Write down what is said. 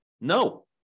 No